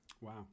wow